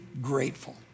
grateful